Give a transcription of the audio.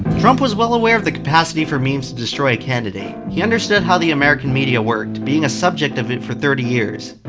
trump was well aware of the capacity for memes to destroy a candidate. he understood how the american media worked, being a subject of it for thirty years.